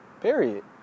Period